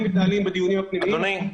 מתנהלים בדיונים הפנימיים --- אדוני,